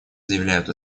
заявляют